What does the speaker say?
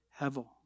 Hevel